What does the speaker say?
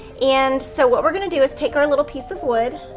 and so what we're gonna do is take our little piece of wood.